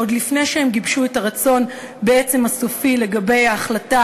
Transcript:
עוד לפני שהם גיבשו את הרצון הסופי בעצם לגבי ההחלטה